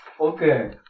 Okay